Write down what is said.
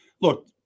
look –